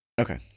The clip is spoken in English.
Okay